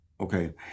Okay